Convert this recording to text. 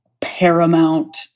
Paramount